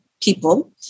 people